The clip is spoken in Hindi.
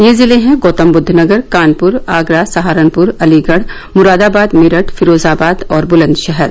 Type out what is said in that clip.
ये जिले हैं गौतमबुद्धनगर कानपुर आगरा सहारनपुर अलीगढ़ मुरादाबाद मेरठ फिरोजाबाद और ब्लंदशहर